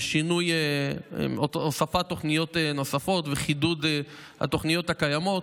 הוספת תוכניות וחידוד התוכניות הקיימות,